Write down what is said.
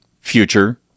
future